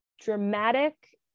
dramatic